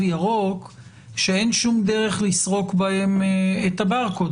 ירוק שאין שום דרך לסרוק בהם את הברקוד,